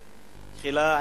תחילה,